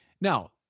Now